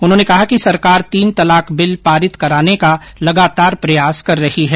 उन्होंने कहा कि सरकार तीन तलाक बिल पारित कराने का लगातार प्रयास कर रही है